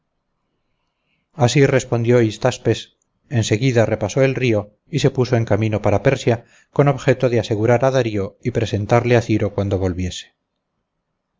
así respondió hystaspes en seguida repasó el río y se puso en camino para persia con objeto de asegurar a darío y presentarle a ciro cuando volviese